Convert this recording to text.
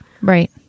Right